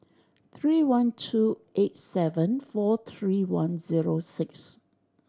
three one two eight seven four three one zero six